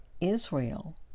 Israel